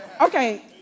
okay